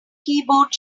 keyboard